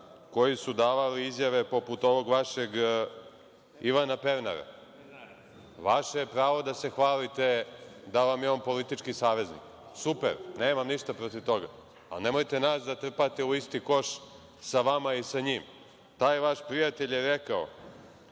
koji su davali izjave poput ovog vašeg Ivana Pernara. Vaše je pravo da se hvalite da vam je on politički saveznik. Super, nemam ništa protiv toga, ali nemojte nas da trpate u isti koš sa vama i sa njim. Taj vaš prijatelj je rekao